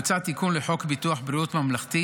בוצע תיקון לחוק ביטוח בריאות ממלכתי